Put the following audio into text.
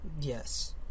Yes